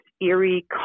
eerie